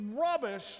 rubbish